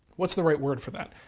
what's the right word for that?